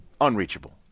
unreachable